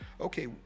Okay